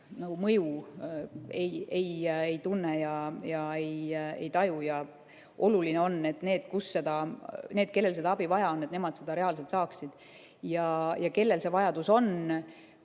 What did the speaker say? mõju ei tunne ega taju. Oluline on, et need, kellel seda abi vaja on, nemad seda reaalselt saaksid, ja kellel see vajadus on,